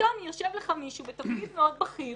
פתאום יושב לך מישהו בתפקיד מאוד בכיר,